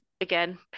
again